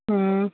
ꯎꯝ